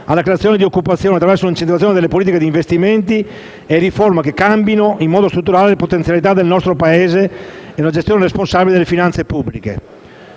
alla creazione di occupazione attraverso un'incentivazione alle politiche di investimenti e riforme che cambino in modo strutturale le potenzialità del nostro Paese e una gestione responsabile delle finanze pubbliche.